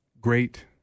great